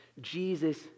Jesus